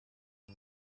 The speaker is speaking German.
das